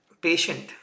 patient